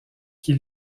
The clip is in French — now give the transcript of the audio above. qui